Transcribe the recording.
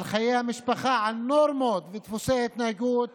על חיי המשפחה, על נורמות ודפוסי התנהגות